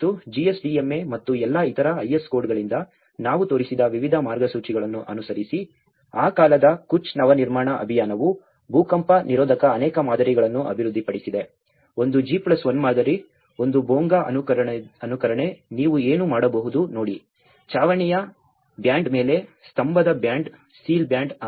ಮತ್ತು GSDMA ಮತ್ತು ಎಲ್ಲಾ ಇತರ IS ಕೋಡ್ಗಳಿಂದ ನಾವು ತೋರಿಸಿದ ವಿವಿಧ ಮಾರ್ಗಸೂಚಿಗಳನ್ನು ಅನುಸರಿಸಿ ಆ ಕಾಲದ ಕಚ್ ನವ ನಿರ್ಮಾಣ ಅಭಿಯಾನವು ಭೂಕಂಪ ನಿರೋಧಕ ಅನೇಕ ಮಾದರಿಗಳನ್ನು ಅಭಿವೃದ್ಧಿಪಡಿಸಿದೆ ಒಂದು G1 ಮಾದರಿ ಒಂದು ಬೋಂಗಾದ ಅನುಕರಣೆ ನೀವು ಏನು ಮಾಡಬಹುದು ನೋಡಿ ಛಾವಣಿಯ ಬ್ಯಾಂಡ್ ಮೇಲೆ ಸ್ತಂಭದ ಬ್ಯಾಂಡ್ ಸಿಲ್ ಬ್ಯಾಂಡ್